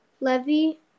Levy